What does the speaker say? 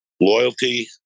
loyalty